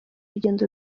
urugendo